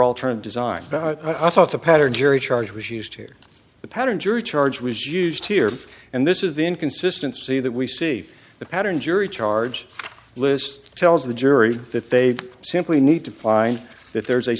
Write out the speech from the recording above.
turned design i thought the pattern jury charge was used here the pattern jury charge was used here and this is the inconsistency that we see the pattern jury charge list tells the jury that they simply need to find that there is a